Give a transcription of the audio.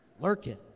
Lurking